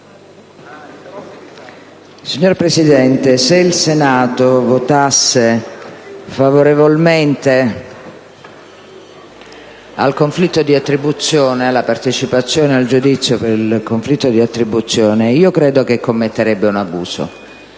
Signor Presidente, se il Senato votasse favorevolmente la partecipazione al giudizio per il conflitto di attribuzione credo commetterebbe un abuso,